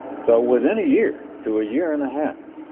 so within a year to a year and a half,